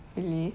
really